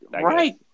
Right